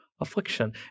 affliction